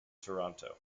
toronto